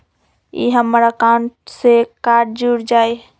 ई हमर अकाउंट से कार्ड जुर जाई?